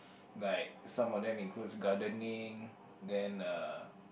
like some of them includes gardening then uh